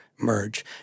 merge